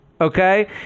Okay